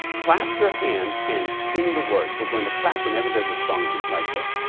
clap your hands and sing the words. we're going to clap whenever there is a strong beat like this.